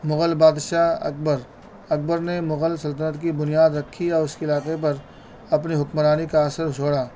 مغل بادشاہ اکبر اکبر نے مغل سلطنت کی بنیاد رکھی اور اس کے علاقے پر اپنی حکمرانی کا اثر جھوڑا